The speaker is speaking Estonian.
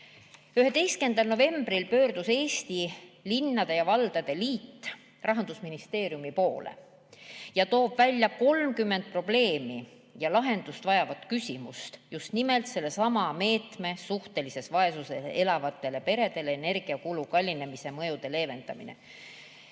11. novembril pöördus Eesti Linnade ja Valdade Liit Rahandusministeeriumi poole. Ta tõi välja 30 probleemi ja lahendust vajavat küsimust just nimelt sellesama meetme, suhtelises vaesuses elavatele peredele energiakulu kallinemise mõjude leevendamise